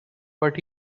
but